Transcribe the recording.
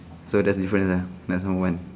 so that's difference uh that's no one